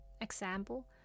Example